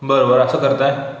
बरं बरं असं करत आहे